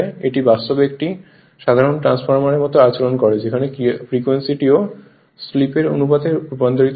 এটি বাস্তবে একটি সাধারণ ট্রান্সফরমারের মতো আচরণ করে যেখানে ফ্রিকোয়েন্সিটিও স্লিপের অনুপাতে রূপান্তরিত হয়